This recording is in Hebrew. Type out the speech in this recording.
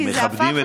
כי זה הפך להיות,